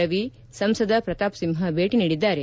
ರವಿಸಂಸದ ಪ್ರತಾಪ್ ಸಿಂಹ ಭೇಟಿ ನೀಡಿದ್ದಾರೆ